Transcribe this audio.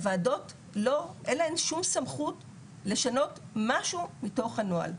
הוועדות אין להן שום סמכות לשנות משהו מתוך הנוהל.